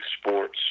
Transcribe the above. sports